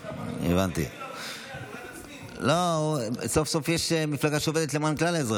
לקריאה השנייה והשלישית לוועדת החינוך,